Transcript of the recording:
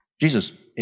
Jesus